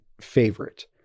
favorite